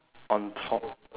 on top